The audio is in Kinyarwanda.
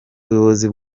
ubuyobozi